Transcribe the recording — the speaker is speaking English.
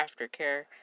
aftercare